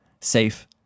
safe